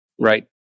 right